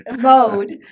mode